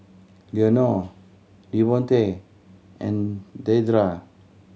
Leonore Devontae and Deidre